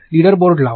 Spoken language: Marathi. लीडर बोर्ड लावा